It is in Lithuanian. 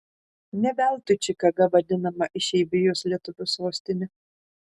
ne veltui čikaga vadinama išeivijos lietuvių sostine